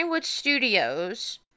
Studios